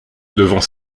devant